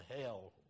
hell